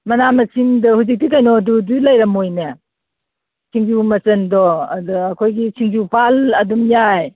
ꯃꯅꯥ ꯃꯁꯤꯡꯗꯨ ꯍꯧꯖꯤꯛꯇꯤ ꯀꯩꯅꯣꯗꯨꯗꯤ ꯂꯩꯔꯝꯃꯣꯏꯅꯦ ꯁꯤꯡꯖꯨ ꯃꯆꯟꯗꯣ ꯑꯗ ꯑꯩꯈꯣꯏꯒꯤ ꯁꯤꯡꯖꯨ ꯄꯥꯟ ꯑꯗꯨꯝ ꯌꯥꯏ